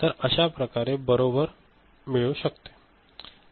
तर अश्या प्रकारे बरोबर मिळू शकते